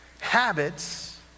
habits